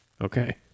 Okay